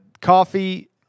coffee